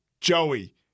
Joey